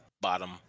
bottom